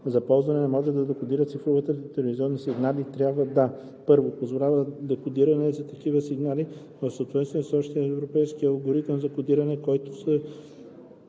за ползване и може да декодира цифрови телевизионни сигнали, трябва да: 1. позволява декодиране на такива сигнали в съответствие с общ европейски алгоритъм за кодиране, който се